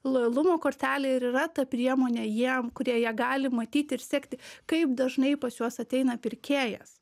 lojalumo kortelė ir yra ta priemonė jiem kurie ja gali matyti ir sekti kaip dažnai pas juos ateina pirkėjas